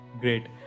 Great